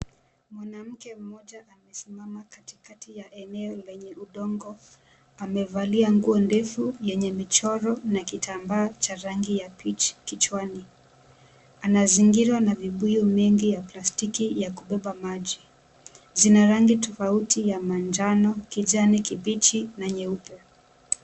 Mwanamke mmoja amesimama katikakati ya eneo lenye udongo amevalia nguo ndefu yenye michoro na kitambaa cha rangi ya peach kichwani, anazingirwa na vibuyu mengi ya plastiki ya kubeba maji, zina rangi tofauti ya manjano, kijani kibichi na nyeupe.